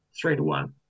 three-to-one